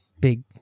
big